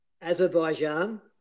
Azerbaijan